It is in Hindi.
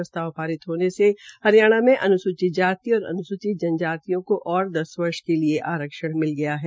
प्रस्ताव पारित होने से हरियाणा में अन्सूचित जाति और अन्सूचित जनजातियों को और दस वर्ष के लिए आरक्षण मिल गया है